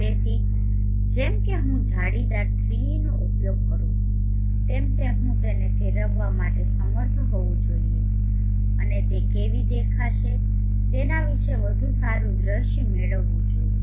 તેથી જેમ કે હું જાળીદાર 3D નો ઉપયોગ કરું છું તેમ તેમ હું તેને ફેરવવા માટે સમર્થ હોવું જોઈએ અને તે કેવી દેખાશે તેના વિશે વધુ સારું દૃશ્ય મેળવવું જોઈએ